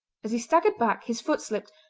as he staggered back his foot slipped,